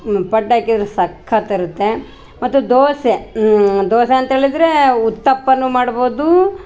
ಪಡ್ಡಾಕಿದ್ರೆ ಸಕ್ಕತ್ ಇರುತ್ತೆ ಮತ್ತು ದೋಸೆ ದೋಸೆ ಅಂತ್ಹೇಳಿದ್ರೆ ಉತ್ತಪ್ಪನು ಮಾಡ್ಬೌದು